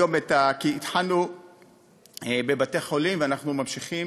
התחלנו בבתי-חולים, ואנחנו ממשיכים